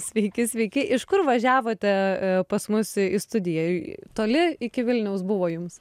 sveiki sveiki iš kur važiavote pas mus į studiją toli iki vilniaus buvo jums